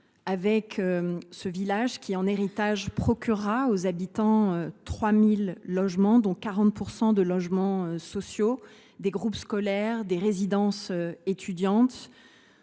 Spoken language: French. du village olympique procurera aux habitants 3 000 logements, dont 45 % de logements sociaux, des groupes scolaires, des résidences étudiantes,